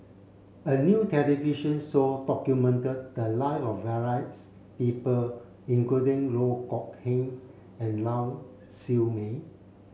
a new television show documented the live of various people including Loh Kok Heng and Lau Siew Mei